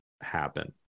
happen